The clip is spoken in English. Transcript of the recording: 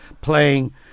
playing